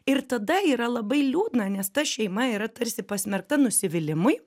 ir tada yra labai liūdna nes ta šeima yra tarsi pasmerkta nusivylimui